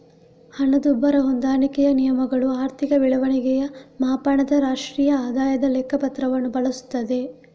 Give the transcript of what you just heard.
ಹಣದುಬ್ಬರ ಹೊಂದಾಣಿಕೆಯ ನಿಯಮಗಳು ಆರ್ಥಿಕ ಬೆಳವಣಿಗೆಯ ಮಾಪನದ ರಾಷ್ಟ್ರೀಯ ಆದಾಯದ ಲೆಕ್ಕ ಪತ್ರವನ್ನು ಬಳಸುತ್ತದೆ